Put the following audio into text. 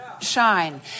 shine